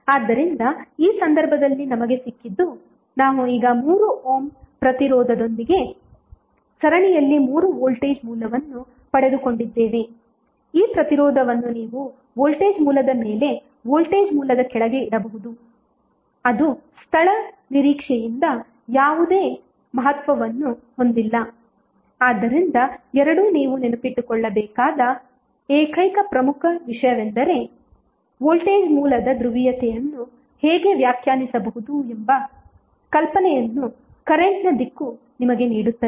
ಆದ್ದರಿಂದ ಈ ಸಂದರ್ಭದಲ್ಲಿ ನಮಗೆ ಸಿಕ್ಕಿದ್ದು ನಾವು ಈಗ 3 ಓಮ್ ಪ್ರತಿರೋಧದೊಂದಿಗೆ ಸರಣಿಯಲ್ಲಿ 3 ವೋಲ್ಟೇಜ್ ಮೂಲವನ್ನು ಪಡೆದುಕೊಂಡಿದ್ದೇವೆ ಈ ಪ್ರತಿರೋಧವನ್ನು ನೀವು ವೋಲ್ಟೇಜ್ ಮೂಲದ ಮೇಲೆ ವೋಲ್ಟೇಜ್ ಮೂಲದ ಕೆಳಗೆ ಇಡಬಹುದು ಅದು ಸ್ಥಳ ನಿರೀಕ್ಷೆಯಿಂದ ಯಾವುದೇ ಮಹತ್ವವನ್ನು ಹೊಂದಿಲ್ಲ ಆದ್ದರಿಂದ ಎರಡೂ ನೀವು ನೆನಪಿಟ್ಟುಕೊಳ್ಳಬೇಕಾದ ಏಕೈಕ ಪ್ರಮುಖ ವಿಷಯವೆಂದರೆ ವೋಲ್ಟೇಜ್ ಮೂಲದ ಧ್ರುವೀಯತೆಯನ್ನು ಹೇಗೆ ವ್ಯಾಖ್ಯಾನಿಸಬಹುದು ಎಂಬ ಕಲ್ಪನೆಯನ್ನು ಕರೆಂಟ್ನ ದಿಕ್ಕು ನಿಮಗೆ ನೀಡುತ್ತದೆ